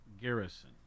Garrison